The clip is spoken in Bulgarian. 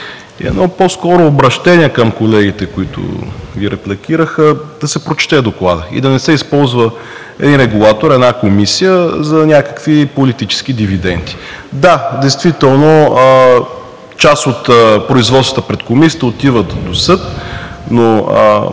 едно обръщение към колегите, които Ви репликираха – да се прочете Докладът и да не се използва един регулатор, една комисия за някакви политически дивиденти. Да, действително част от производствата пред Комисията отиват до съд, но